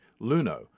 LUNO